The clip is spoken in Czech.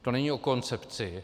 To není o koncepci.